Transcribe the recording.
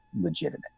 legitimate